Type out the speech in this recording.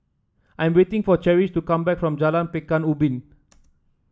I am waiting for Cherish to come back from Jalan Pekan Ubin